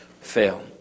fail